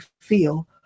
feel